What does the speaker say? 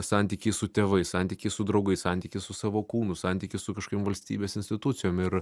santykiai su tėvais santykiai su draugais santykis su savo kūnu santykis su kažkokiom valstybės institucijom ir